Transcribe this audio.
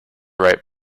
right